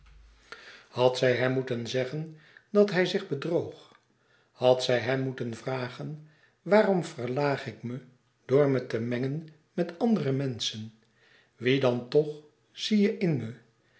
had zij hem moeten zeggen dat hij zich bedroog had zij hem moeten vragen waarom verlaag ik me door me te mengen met andere menschen wie dan toch zie je in me